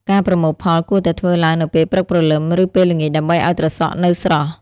ការប្រមូលផលគួរតែធ្វើឡើងនៅពេលព្រឹកព្រលឹម ឬពេលល្ងាចដើម្បីឲ្យត្រសក់នៅស្រស់។